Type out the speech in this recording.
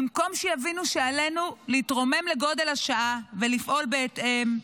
במקום שיבינו שעלינו להתרומם לגודל השעה ולפעול בהתאם,